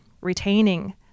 retaining